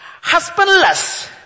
Husbandless